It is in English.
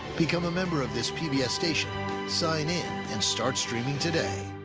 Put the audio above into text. become a member of this pbs station sign in and start streaming today